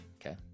Okay